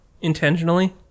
Intentionally